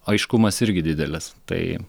aiškumas irgi didelis tai